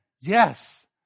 yes